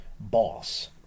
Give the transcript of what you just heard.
boss